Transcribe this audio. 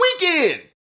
weekend